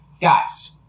guys